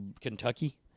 Kentucky